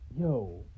yo